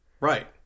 right